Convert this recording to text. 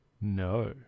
No